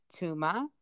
tuma